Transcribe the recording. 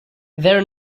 their